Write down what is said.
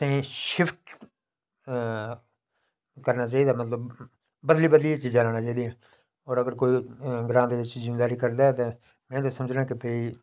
अपना मेनटेन करने आस्तै थोह्ड़ा जेहा किश अपने अंदर दी गल्ल बाहर कड्ढने आस्तै शर्म मसूस करदे ते केईं बारी हुन ते गौरमैंट